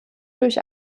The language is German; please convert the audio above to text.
durch